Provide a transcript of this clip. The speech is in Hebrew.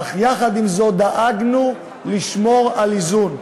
אך, יחד עם זאת, דאגנו לשמור על איזון,